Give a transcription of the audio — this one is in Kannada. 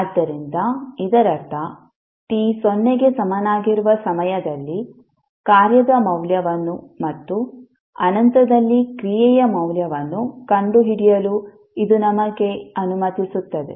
ಆದ್ದರಿಂದ ಇದರರ್ಥ t ಸೊನ್ನೆಗೆ ಸಮನಾಗಿರುವ ಸಮಯದಲ್ಲಿ ಕಾರ್ಯದ ಮೌಲ್ಯವನ್ನು ಮತ್ತು ಅನಂತದಲ್ಲಿ ಕ್ರಿಯೆಯ ಮೌಲ್ಯವನ್ನು ಕಂಡುಹಿಡಿಯಲು ಇದು ನಮಗೆ ಅನುಮತಿಸುತ್ತದೆ